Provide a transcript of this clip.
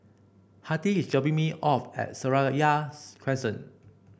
Hattie is dropping me off at Seraya Crescent